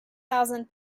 thousand